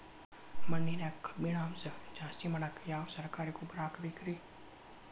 ಮಣ್ಣಿನ್ಯಾಗ ಕಬ್ಬಿಣಾಂಶ ಜಾಸ್ತಿ ಮಾಡಾಕ ಯಾವ ಸರಕಾರಿ ಗೊಬ್ಬರ ಹಾಕಬೇಕು ರಿ?